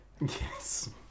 Yes